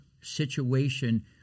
situation